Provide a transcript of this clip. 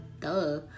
Duh